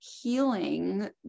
Healing